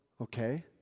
okay